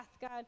God